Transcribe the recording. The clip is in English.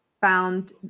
found